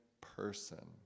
person